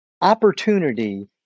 opportunity